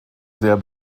sehr